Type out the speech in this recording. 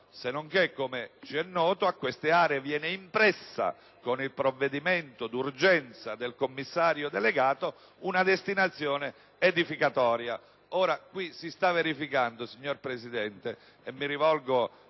Sennonché, come ci è noto, a queste aree viene impressa, con il provvedimento d'urgenza del commissario delegato, una destinazione edificatoria. Ora, si sta verificando, signor Presidente, e mi rivolgo